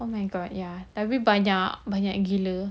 oh my god ya tapi banyak banyak gila